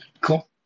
Cool